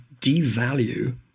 devalue